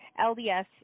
LDS